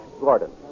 Gordon